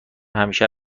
همیشه